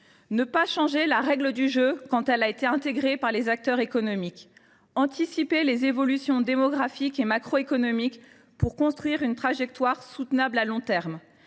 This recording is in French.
ne pas changer la règle du jeu quand celle ci a été intégrée par les acteurs économiques ; anticiper les évolutions démographiques et macroéconomiques pour construire une trajectoire soutenable à long terme